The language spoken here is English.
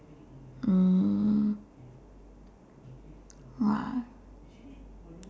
mm !wah!